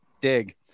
Dig